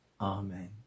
Amen